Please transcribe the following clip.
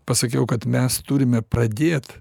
pasakiau kad mes turime pradėt